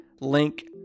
link